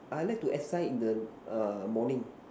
I like to exercise in the err morning